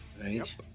right